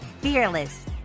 Fearless